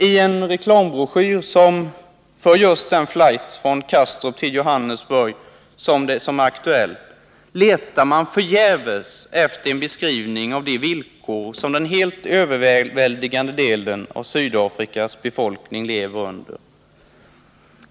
I den reklambroschyr för flighten från Kastrup till Johannesburg som är aktuell letar man förgäves efter en beskrivning av de villkor som den helt överväldigande delen av Sydafrikas befolkning lever under.